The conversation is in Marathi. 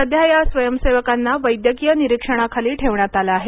सध्या या स्वयंसेवकांना वैद्यकीय निरीक्षणाखाली ठेवण्यात आलं आहे